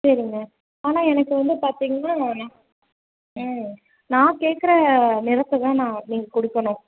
சரிங்க ஆனால் எனக்கு வந்து பார்த்தீங்கன்னா நான் கேட்குற நிறத்ததான் நான் நீங்கள் கொடுக்கணும்